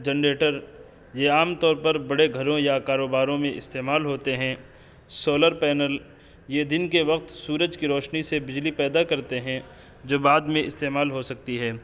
generator یہ عام طور پر بڑے گھروں یا کاروباروں میں استعمال ہوتے ہیں سولر پینل یہ دن کے وقت سورج کی روشنی سے بجلی پیدا کرتے ہیں جو بعد میں استعمال ہو سکتی ہے